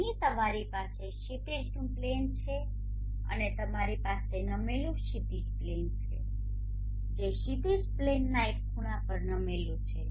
અહીં તમારી પાસે ક્ષિતિજનું પ્લેન છે અને તમારી પાસે નમેલું ક્ષિતિજ પ્લેન છે જે ક્ષિતિજ પ્લેનના એક ખૂણા પર નમેલું છે